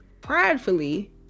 pridefully